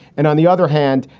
and on the other hand,